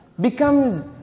becomes